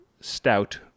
stout